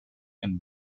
and